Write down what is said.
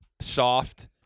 soft